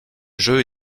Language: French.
jeu